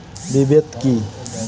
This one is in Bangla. বিদে কি?